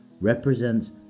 ...represents